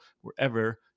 wherever